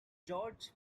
george